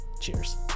Cheers